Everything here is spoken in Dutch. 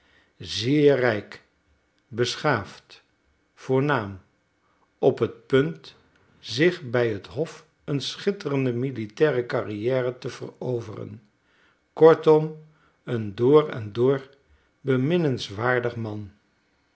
zeer rijk beschaafd voornaam op het punt zich bij het hof een schitterende militaire carrière te veroveren kortom een door en door beminnenswaardig man